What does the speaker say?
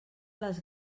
les